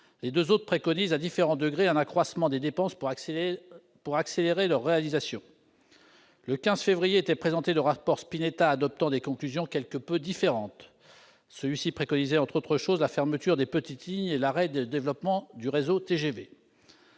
Les deux autres préconisent, à différents degrés, un accroissement des dépenses pour accélérer leur réalisation. Le 15 février dernier était présenté le rapport Spinetta adoptant des conclusions quelque peu différentes. Il préconisait, entre autres, la fermeture des petites lignes et l'arrêt du développement du réseau TGV.